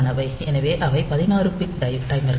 எனவே அவை 16 பிட் டைமர்கள்